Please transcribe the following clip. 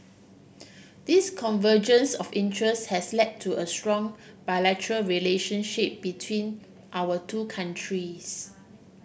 this convergence of interests has led to a strong bilateral relationship between our two countries